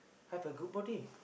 have a good body